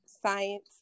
science